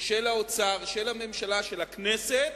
של האוצר, של הממשלה, של הכנסת,